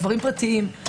דברים פרטיים.